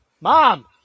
mom